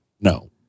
no